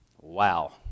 Wow